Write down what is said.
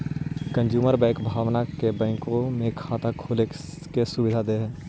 consumer bank भावना के बैंकों में खाता खोले के सुविधा दे हइ